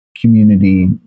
community